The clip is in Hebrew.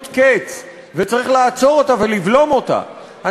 קץ וצריך לעצור אותה ולבלום אותה,